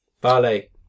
Ballet